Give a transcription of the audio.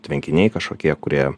tvenkiniai kažkokie kurie